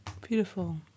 Beautiful